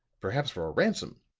perhaps for a ransom.